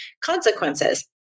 consequences